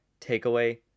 takeaway